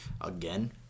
again